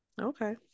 Okay